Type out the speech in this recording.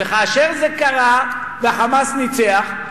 וכאשר זה קרה וה"חמאס" ניצח,